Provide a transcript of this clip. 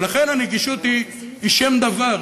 ולכן הנגישות היא הדבר,